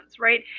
right